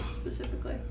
specifically